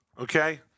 Okay